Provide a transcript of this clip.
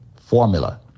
formula